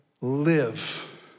live